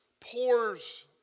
pours